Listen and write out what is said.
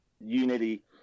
unity